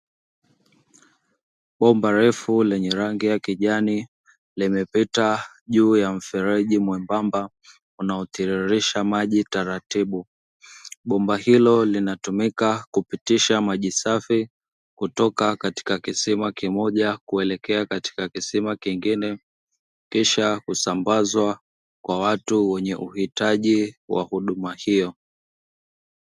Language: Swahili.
Bomba refu lenye rangi ya kijani, limepita juu ya mfereji mwembamba unaotiririsha maji taratibu. Bomba hilo linatumika kupitisha maji safi kutoka katika kisima kimoja kuelekea katika kisima kingine, kisha kusambazwa kwa watu wenye uhitaji wa huduma hiyo.